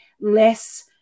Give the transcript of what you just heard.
less